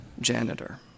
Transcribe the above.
janitor